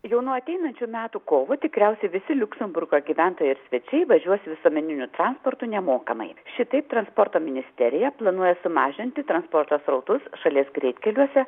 jau nuo ateinančių metų kovo tikriausiai visi liuksemburgo gyventojai ir svečiai važiuos visuomeniniu transportu nemokamai šitaip transporto ministerija planuoja sumažinti transporto srautus šalies greitkeliuose